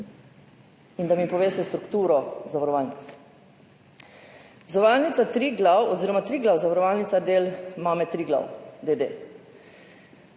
in da mi poveste strukturo zavarovalnic. Zavarovalnica Triglav oziroma Triglav zavarovalnica je del mame Triglav, d.